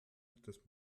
des